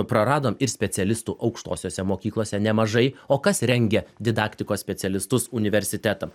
praradom ir specialistų aukštosiose mokyklose nemažai o kas rengia didaktikos specialistus universitetam